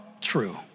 true